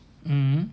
um hmm